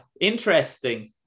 Interesting